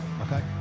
okay